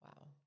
Wow